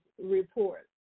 Report